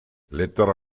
lettera